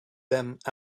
damned